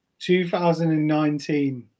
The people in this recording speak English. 2019